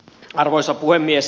arvoisa puhemies